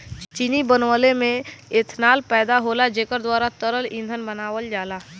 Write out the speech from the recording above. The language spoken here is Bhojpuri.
चीनी बनवले में एथनाल पैदा होला जेकरे द्वारा तरल ईंधन बनावल जाला